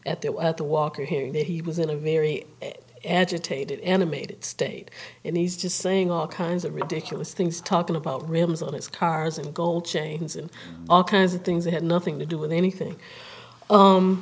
that at the at the walker hearing that he was in a very agitated animated state and he's just saying all kinds of ridiculous things talking about rims on his cars and gold chains and all kinds of things that had nothing to do with anything